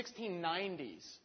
1690s